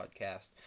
podcast